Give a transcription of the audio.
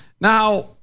Now